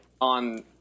on